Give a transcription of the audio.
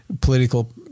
political